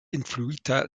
influita